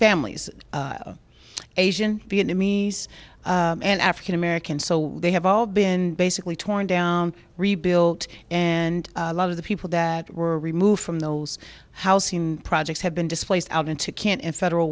families asian vietnamese and african american so they have all been basically torn down rebuilt and a lot of the people that were removed from those house scene projects have been displaced out into cant in federal